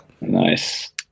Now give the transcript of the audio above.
Nice